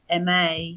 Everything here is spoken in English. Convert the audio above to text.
MA